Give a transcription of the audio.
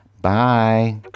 bye